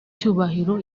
cyubahiro